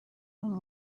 from